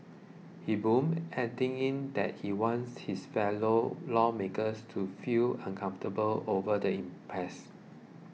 he boomed adding that he wants his fellow lawmakers to feel uncomfortable over the impress